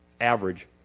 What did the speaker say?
average